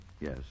Yes